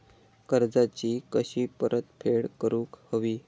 कर्जाची कशी परतफेड करूक हवी?